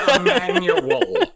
Manual